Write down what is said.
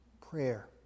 prayer